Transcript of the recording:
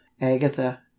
Agatha